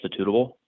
substitutable